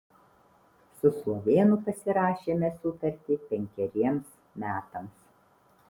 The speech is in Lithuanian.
su slovėnu pasirašėme sutartį penkeriems metams